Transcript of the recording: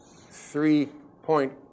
three-point